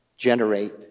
generate